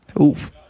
Oof